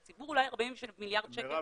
לציבור אולי 40 מיליארד שקל --- מרב,